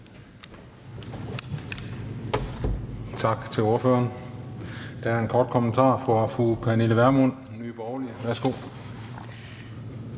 Tak til ordføreren. Der er en kort kommentar fra fru Pernille Vermund, Nye Borgerlige. Værsgo.